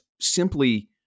simply